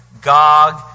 Gog